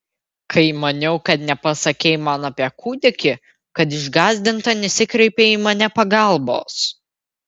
kai maniau kad nepasakei man apie kūdikį kad išgąsdinta nesikreipei į mane pagalbos